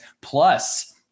Plus